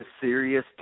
serious